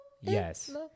Yes